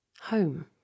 home